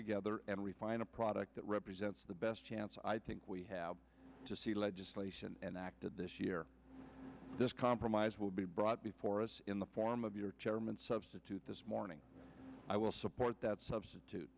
together and refine a product that represents the best chance i think we have to see legislation enacted this year this compromise will be brought before us in the form of your chairman this morning i will support that substitute